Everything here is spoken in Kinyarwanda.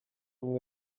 umwe